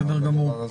בסדר גמור.